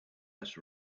less